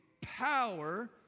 power